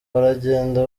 baragenda